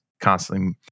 constantly